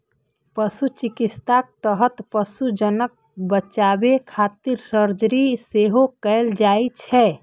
पशु चिकित्साक तहत पशुक जान बचाबै खातिर सर्जरी सेहो कैल जाइ छै